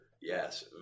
Yes